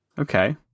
Okay